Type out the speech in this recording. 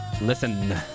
listen